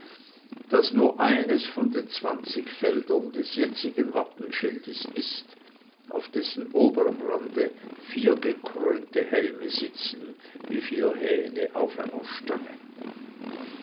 das nur eines von den zwanzig feldern des jetzigen wappenschildes ist auf dessen oberm rande vier gekrönte helme sitzen wie vier hähne auf einer stange